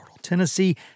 Tennessee